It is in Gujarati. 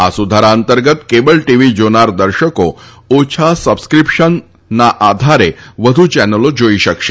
આ સુધારા અંતર્ગત કેબલ ટીવી જોનાર દર્શકો ઓછા સબસ્ક્રીપ્શનના આધારે વધુ ચેનલો જોઈ શકશે